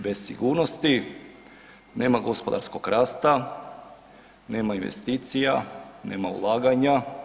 Bez sigurnosti nema gospodarskog rasta, nema investicija, nema ulaganja.